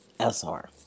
SR